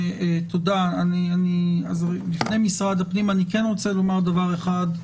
תודה, לפני משרד הפנים, אני כן רוצה לומר דבר אחד.